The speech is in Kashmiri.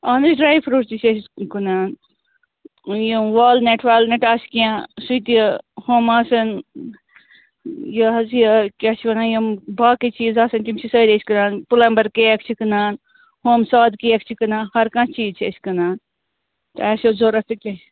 اَہن حظ ڈرٛاے فرٛوٗٹ تہِ چھِ أسۍ کٕنان یِم والنٮ۪ٹ والنٮ۪ٹ آسہِ کیٚنٛہہ سُہ تہِ ہُم آسَن یہِ حظ یہِ کیٛاہ چھِ وَنان یِم باقٕے چیٖز آسَن تِم چھِ سٲری أسۍ کٕنان پٕلَمبَر کیک چھِ کٕنان ہُم سادٕ کیک چھِ کٕنان ہر کانٛہہ چیٖز چھِ أسۍ کٕنان تۄہہِ آسیو ضوٚرَتھ تہٕ کیٚنٛہہ